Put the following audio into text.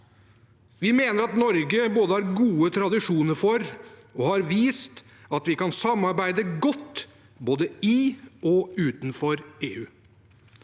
Vi mener at Norge både har gode tradisjoner for og har vist at vi kan samarbeide godt med våre partnere